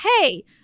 hey